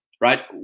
right